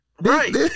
Right